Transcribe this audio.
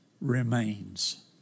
remains